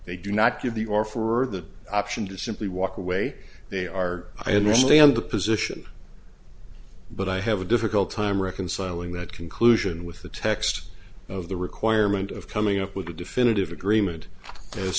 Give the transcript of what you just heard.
they do not give the are for the option to simply walk away they are i understand the position but i have a difficult time reconciling that conclusion with the text of the requirement of coming up with a definitive agreement as